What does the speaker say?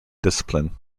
discipline